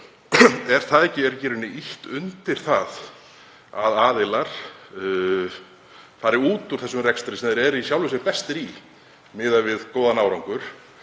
Er ekki í rauninni ýtt undir það að aðilar fari út úr þessum rekstri, sem þeir eru í sjálfu sér bestir í miðað við góðan árangur,